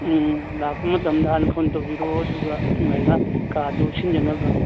ꯎꯝ ꯂꯥꯛꯄ ꯃꯇꯝꯗ ꯍꯥꯟꯅ ꯐꯣꯟ ꯇꯧꯕꯤꯔꯛꯑꯣ ꯑꯗꯨꯒ ꯑꯗꯨꯃꯥꯏꯅ ꯀꯥꯗꯨ ꯁꯤꯟꯅꯅꯕ